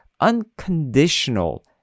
unconditional